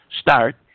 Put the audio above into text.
start